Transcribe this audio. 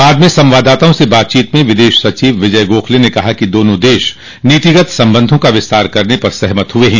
बाद में संवाददाताओं से बातचीत में विदेश सचिव विजय गोखले ने कहा कि दोनों दश नीतिगत संबंधों का विस्तार करने पर सहमत हुए हैं